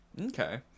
Okay